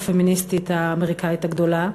הפמיניסטית האמריקאית הגדולה: